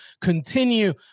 continue